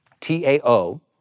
T-A-O